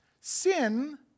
Sin